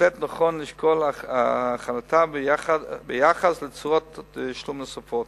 ובהחלט נכון לשקול החלתה ביחס לצורות תשלום נוספות.